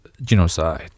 Genocide